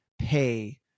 pay